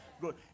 good